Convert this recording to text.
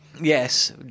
Yes